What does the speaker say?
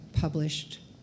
published